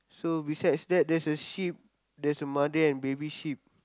so besides that there's a sheep there's a mother and baby sheep